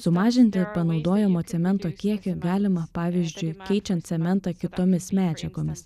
sumažinti panaudojamo cemento kiekį galima pavyzdžiui keičiant cementą kitomis medžiagomis